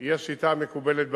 היא השיטה המקובלת בעולם,